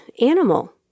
animal